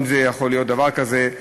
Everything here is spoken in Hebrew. אם יכול להיות דבר כזה,